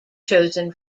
chosen